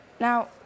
Now